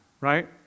right